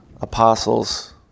apostles